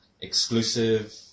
exclusive